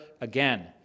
again